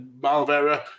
malvera